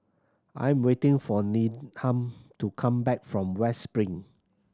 I am waiting for Needham to come back from West Spring